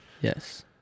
Yes